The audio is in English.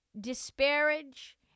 disparage